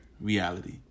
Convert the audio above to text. reality